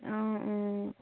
অঁ অঁ